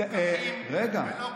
ולא כלום.